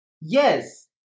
yes